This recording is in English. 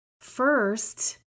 first